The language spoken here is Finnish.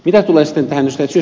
mitä tulee tähän ed